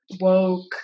woke